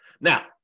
Now